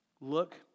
Look